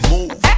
Move